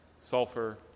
sulfur